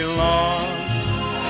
long